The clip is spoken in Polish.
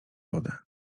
wodę